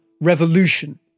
revolution